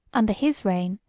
under his reign,